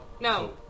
No